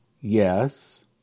yes